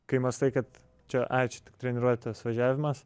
kai mąstai kad čia ai čia tik treniruotės važiavimas